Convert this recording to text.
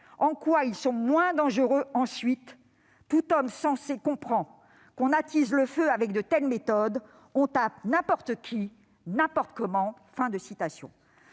en quoi ils sont moins dangereux ensuite ? Tout homme sensé comprend que l'on attise le feu avec de telles méthodes. On tape n'importe qui, n'importe comment. »